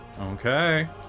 Okay